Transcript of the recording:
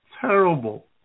Terrible